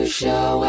show